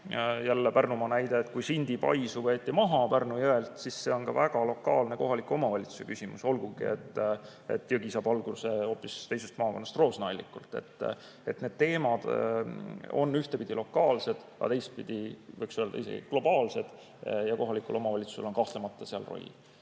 Pärnumaa näide: kui Sindi paisu võeti maha Pärnu jõelt, siis see oli ka väga lokaalne, kohaliku omavalitsuse küsimus, olgugi et jõgi saab alguse hoopis teisest maakonnast, [Järvamaalt] Roosna-Allikult. Nii et need teemad on ühtpidi lokaalsed, aga teistpidi, võiks öelda, isegi globaalsed. Ja kohalikul omavalitsusel on kahtlemata seal roll.